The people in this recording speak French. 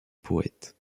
poète